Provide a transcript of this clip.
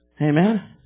Amen